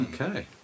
Okay